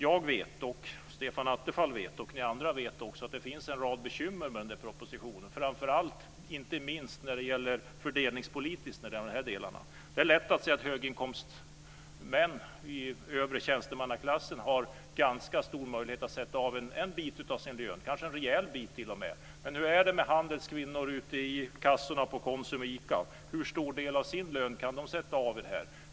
Jag, Stefan Attefall, och ni andra vet att det finns en rad bekymmer med den där propositionen, inte minst fördelningspolitiskt när det gäller de här delarna. Det är lätt att se att höginkomstmän i övre tjänstemannaklassen har ganska stora möjligheter att sätta av en del av sin lön, kanske t.o.m. en rejäl del. Men hur är det med Hur stor del av sin lön kan de sätta av för det här?